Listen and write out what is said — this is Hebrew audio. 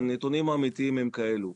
הנתונים האמיתיים הם כאלה: